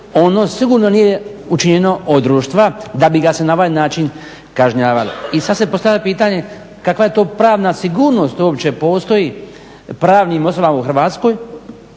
ono sigurno nije učinjeno od društva da bi ga se na ovaj način kažnjavalo. I sada se postavlja pitanje, kakva je to pravna sigurno uopće postoji pravnim osobama u Hrvatskoj